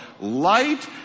Light